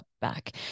back